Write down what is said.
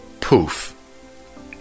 poof